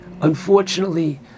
unfortunately